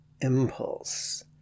Impulse